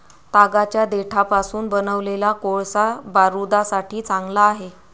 तागाच्या देठापासून बनवलेला कोळसा बारूदासाठी चांगला आहे